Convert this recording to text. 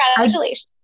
congratulations